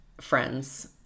friends